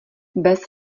bez